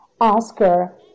Oscar